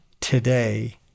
today